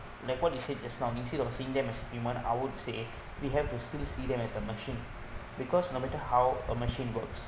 like what you said just now instead of seeing them as human I would say we have to still see them as a machine because no matter how a machine works